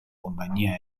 compagnie